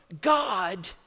God